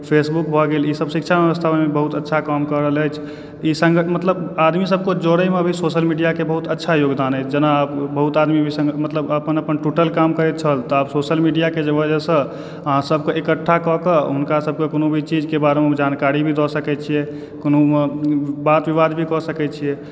Facebook भऽ गेल ई सब शिक्षा व्यवस्था मे भी बहुत अच्छा काम कऽ रहल अछि मतलब आदमी सब कऽ जोड़य मे भी सोशल मीडिया के बहुत अच्छा योगदान अछि जेना बहुत आदमी मतलब अपन अपन टोटल काम करैत छल तऽ आब सोशल मीडिया के वजह सऽ अहाँ सब के इकठ्ठा कऽ कऽ हुनका सब के कोनो भी चीज के बारे मे जानकारी भी दऽ सकैत छियै कोनो बात विवाद भी कऽ सकै छियै